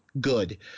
Good